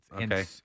Okay